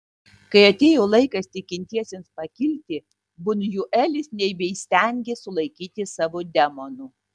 kai atėjo laikas tikintiesiems pakilti bunjuelis nebeįstengė sulaikyti savo demonų